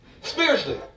spiritually